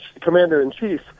commander-in-chief